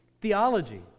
theology